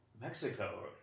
Mexico